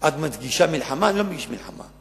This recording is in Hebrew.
את מדגישה מלחמה, אני לא מדגיש מלחמה.